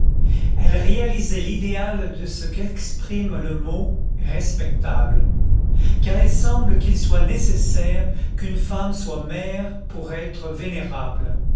elle réalisait l'idéal de ce qu'exprime le mot respectable car il semble qu'il soit nécessaire qu'une femme soit mère pour être vénérable